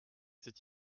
cet